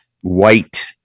white